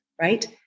Right